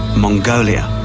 mongolia.